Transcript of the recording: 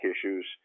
issues